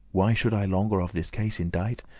why should i longer of this case indite?